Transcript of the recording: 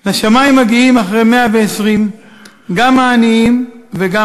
"לשמים מגיעים אחרי 120/ גם העניים וגם